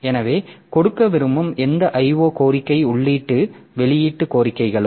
எனவே கொடுக்க விரும்பும் எந்த IO கோரிக்கை உள்ளீட்டு வெளியீட்டு கோரிக்கைகளும்